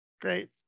Great